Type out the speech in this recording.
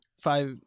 five